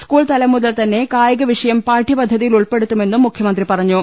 സ്കൂൾതലം മുതൽ തന്നെ കായികവിഷയം പാഠ്യപദ്ധതിയിൽ ഉൾപ്പെടുത്തുമെന്നും മുഖ്യമന്ത്രി പറഞ്ഞു